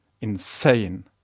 insane